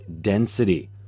density